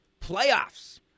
playoffs